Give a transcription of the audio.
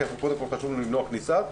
כי קודם כול חשוב לנו למנוע כניסה,